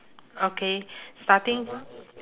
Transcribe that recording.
okay starting f~